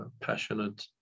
passionate